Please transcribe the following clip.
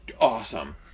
awesome